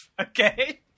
Okay